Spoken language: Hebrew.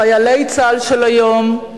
חיילי צה"ל של היום,